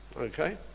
Okay